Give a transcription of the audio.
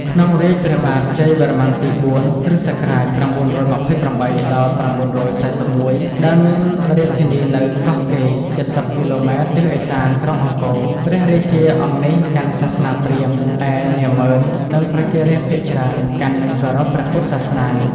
ក្នុងរាជ្យព្រះបាទជ័យវរ្ម័នទី ៤ (គ.ស. ៩២៨-៩៤១) ដែលមានរាជធានីនៅ កោះកេរ ៧០ គ.ម. ទិសឦសានក្រុងអង្គរ ព្រះរាជាអង្គនេះកាន់សាសនាព្រាហ្មណ៍ ឯនាម៉ឺន និង ប្រជារាស្ត្រភាគច្រើនកាន់និងគោរពព្រះពុទ្ធសាសនា ។